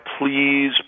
please